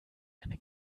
eine